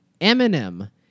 Eminem